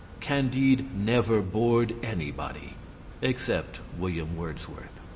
candide never bored anybody except william wordsworth.